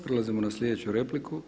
Prelazimo na sljedeću repliku.